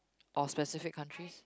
or specific countries